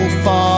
far